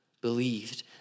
believed